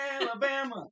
Alabama